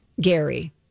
Gary